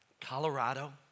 Colorado